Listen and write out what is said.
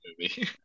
movie